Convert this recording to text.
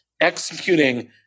executing